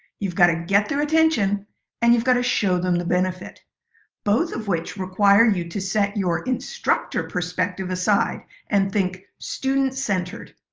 you've got to get their attention and you've got to show them the benefit both of which require you to set your instructor perspective aside and think student-centered.